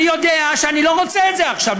אני יודע שאני לא רוצה את זה עכשיו.